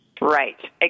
Right